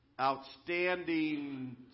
outstanding